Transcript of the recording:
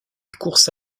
course